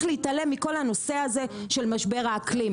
להתעלם מכל הנושא הזה של משבר האקלים,